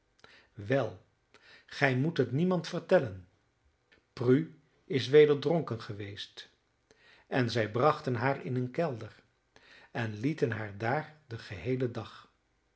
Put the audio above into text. wel gij moet het niemand vertellen prue is weder dronken geweest en zij brachten haar in een kelder en lieten haar daar den geheelen dag